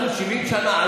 אנחנו 70 שנה,